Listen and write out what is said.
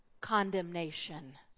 condemnation